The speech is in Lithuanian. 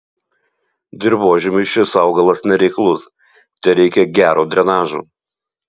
dirvožemiui šis augalas nereiklus tereikia gero drenažo